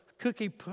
Cookie